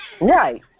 Right